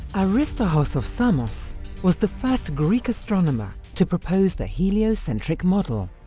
aristarchos of samos was the first greek astronomer to propose the heliocentric model,